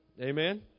Amen